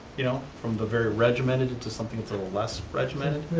you know from the very regimented into something that's a little less regimented.